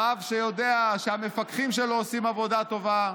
רב שיודע שהמפקחים שלו עושים עבודה טובה,